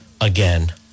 again